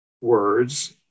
words